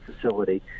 facility